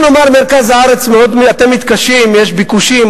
בואו נאמר, מרכז הארץ אתם מתקשים, יש ביקושים.